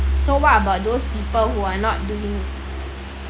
so what about those people who are not doing